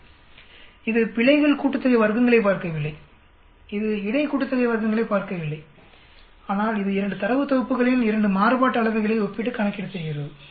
இது வர்க்கங்களின் பிழைகள் கூட்டுத்தொகையைப் பார்க்கவில்லை இது வர்க்கங்களின் இடை கூட்டுத்தொகையைப் பார்க்கவில்லை ஆனால் இது 2 தரவு தொகுப்புகளின் 2 மாறுபாட்டு அளவைகளை ஒப்பிட்டு கணக்கீடு செய்கிறது